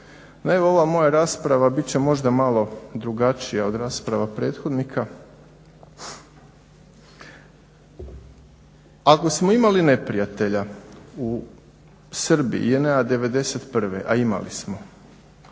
evo ova moja rasprava bit će možda malo drugačija od rasprave prethodnika. Ako smo imali neprijatelja u Srbiji JNA '91., a imali smo